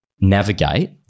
navigate